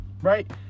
Right